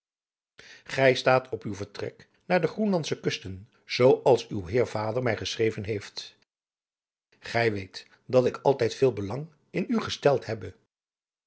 gij staat op uw vertrek naar de groenlandsche kusten zoo als uw heer vader mij geschreven heeft gij weet dat ik altijd veel belang in u gesteld hebbe